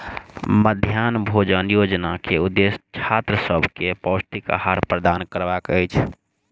मध्याह्न भोजन योजना के उदेश्य छात्र सभ के पौष्टिक आहार प्रदान करबाक अछि